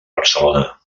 barcelona